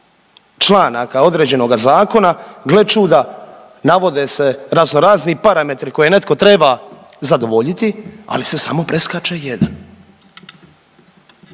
članaka određenoga zakona gle čuda navode se raznorazni parametri koje netko treba zadovoljiti, ali se samo preskače jedan